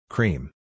Cream